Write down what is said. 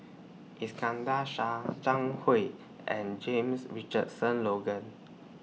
Iskandar Shah Zhang Hui and James Richardson Logan